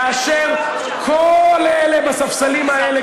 כאשר כל אלה בספסלים האלה,